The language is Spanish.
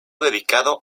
dedicado